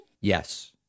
Yes